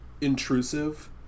intrusive